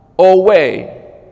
Away